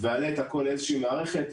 ואעלה את הכול לאיזושהי מערכת?